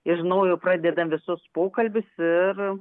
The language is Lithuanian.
iš naujo pradedam visus pokalbius ir